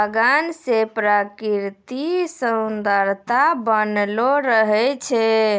बगान से प्रकृतिक सुन्द्ररता बनलो रहै छै